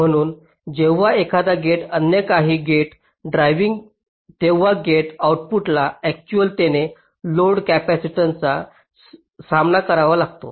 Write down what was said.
म्हणून जेव्हा एखादा गेट अन्य काही गेट ड्रायव्हिंग तेव्हा गेट आउटपुटला अक्चुअलतेने लोड कॅपेसिटीन्सचा सामना करावा लागतो